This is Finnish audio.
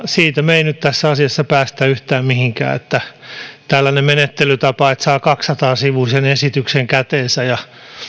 siitä me emme nyt tässä asiassa pääse yhtään mihinkään kun on tällainen menettelytapa että saa kaksisataa sivuisen esityksen käteensä ja